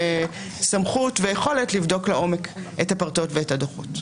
סמכות ויכולת לבדוק לעומק את הפרטות ואת הדוחות.